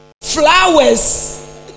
Flowers